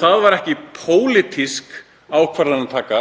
Það var ekki pólitísk ákvarðanataka